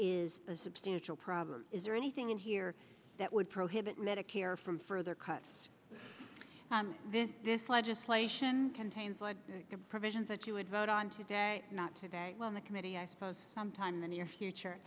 is a substantial problem is there anything in here that would prohibit medicare from further cuts this this legislation contains what provisions that you would vote on today not today when the committee i suppose sometime in the near